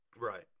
right